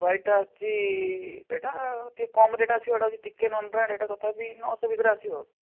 ହ୍ୱାଇଟ୍ଟା ଆସୁଛି ଏଇଟା ଟିକିଏ କମ୍ ରେଟ୍ରେ ଆସିବ ଏଇଟା ହେଉଛି ଟିକିଏ ନନ୍ବ୍ରାଣ୍ଡ୍ ଏଇଟା ତଥାପି ନଅଶହ ଭିତରେ ଆସିବ